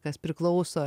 kas priklauso